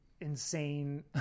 insane